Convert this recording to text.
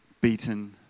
beaten